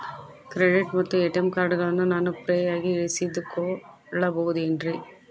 Credit ಮತ್ತ ATM ಕಾರ್ಡಗಳನ್ನ ನಾನು ಫ್ರೇಯಾಗಿ ಇಸಿದುಕೊಳ್ಳಬಹುದೇನ್ರಿ?